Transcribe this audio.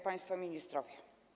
Państwo Ministrowie!